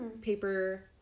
paper